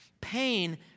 Pain